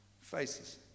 Faces